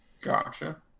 gotcha